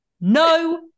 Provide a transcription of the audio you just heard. No